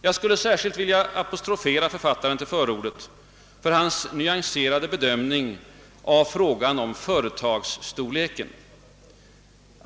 Jag skulle särskilt vilja apostrofera författaren till förordet för hans nyanserade bedömning av frågan om företagsstorleken.